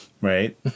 Right